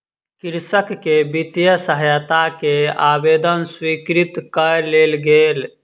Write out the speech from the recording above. कृषक के वित्तीय सहायता के आवेदन स्वीकृत कय लेल गेल